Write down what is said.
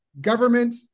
government